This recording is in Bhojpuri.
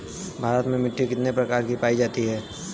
भारत में मिट्टी कितने प्रकार की पाई जाती हैं?